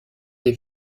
des